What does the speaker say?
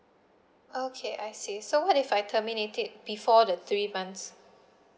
okay I see so what if I terminated before the three months